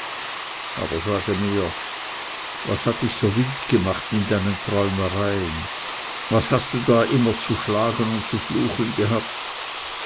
aber sage mir was hat dich so wild gemacht in deinen träumereien was hast du da immer zu schlagen und zu fluchen gehabt